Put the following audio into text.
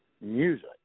music